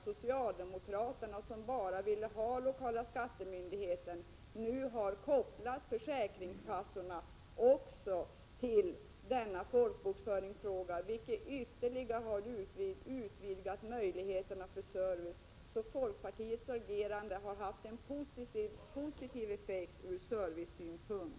Socialdemokraterna, som tidigare bara ville ha lokala skattemyndigheter, har nu också kopplat försäkringskassorna till folkbokföringsfrågan. Detta har ytterligare utvidgat möjligheterna till service. Folkpartiets agerande har haft en positiv effekt ur servicesynpunkt.